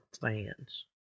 fans